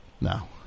No